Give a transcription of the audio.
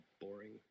Boring